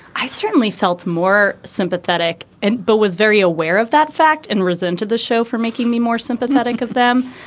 i certainly felt more sympathetic and but was very aware of that fact and risen to the show for making me more sympathetic of them.